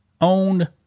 owned